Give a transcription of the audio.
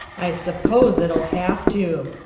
i suppose it'll have to,